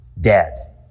Dead